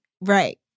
Right